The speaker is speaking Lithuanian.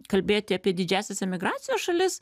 kalbėti apie didžiąsias emigracijos šalis